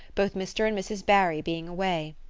both mr. and mrs. barry being away.